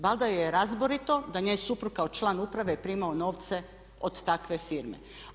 Valjda joj je razborito da njen suprug kao član uprave je primao novce od takve firme.